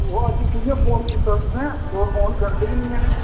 ओह् अज्ज कि'यां फोन कीता तुसें तुस फोन करदे के नी ऐन